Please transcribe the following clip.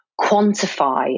quantify